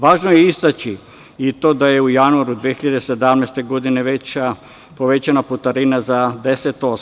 Važno je istaći i to da je u januaru 2017. godine povećana putarina za 10%